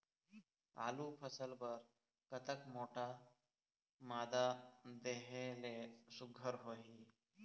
आलू फसल बर कतक मोटा मादा देहे ले सुघ्घर होही?